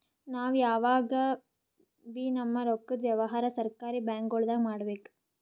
ನಾವ್ ಯಾವಗಬೀ ನಮ್ಮ್ ರೊಕ್ಕದ್ ವ್ಯವಹಾರ್ ಸರಕಾರಿ ಬ್ಯಾಂಕ್ಗೊಳ್ದಾಗೆ ಮಾಡಬೇಕು